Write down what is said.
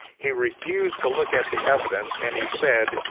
he refused to look at the evidence and he said,